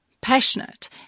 passionate